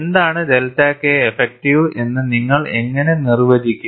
എന്താണ് delta K effective എന്ന് നിങ്ങൾ എങ്ങനെ നിർവചിക്കും